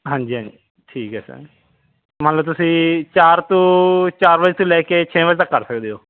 ਹਾਂਜੀ ਹਾਂਜੀ ਠੀਕ ਹੈ ਸਰ ਮੰਨ ਲਓ ਤੁਸੀਂ ਚਾਰ ਤੋਂ ਚਾਰ ਵਜੇ ਤੋਂ ਲੈ ਕੇ ਛੇ ਵਜੇ ਤੱਕ ਕਰ ਸਕਦੇ ਹੋ